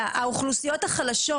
האוכלוסיות החלשות